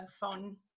phone